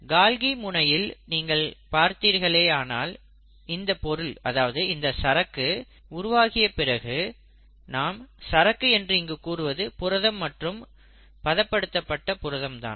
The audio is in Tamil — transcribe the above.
கால்கி முனையில் நீங்கள் பார்த்தீர்களானால் இந்தப் பொருள் அதாவது இந்த சரக்கு உருவாகிய பிறகு நாம் சரக்கு என்று இங்கு கூறுவது புரதம் மற்றும் பதப்படுத்தப்பட்ட புரதம் தான்